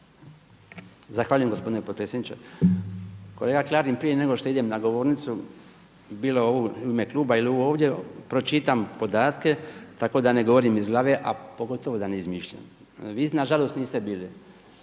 Zahvaljujem gospodine potpredsjedniče. Kolega Klarin, prije nego što idem na govornicu bilo ovu ili u ime kluba ili ovu ovdje pročitam podatke tako da ne govorim iz glave, a pogotovo da ne izmišljam. Vi na žalost niste bili